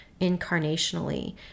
incarnationally